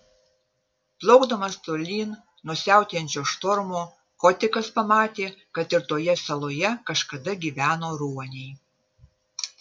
plaukdamas tolyn nuo siautėjančio štormo kotikas pamatė kad ir toje saloje kažkada gyveno ruoniai